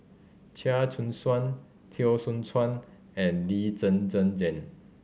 Chia Choo Suan Teo Soon Chuan and Lee Zhen Zhen Jane